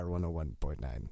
101.9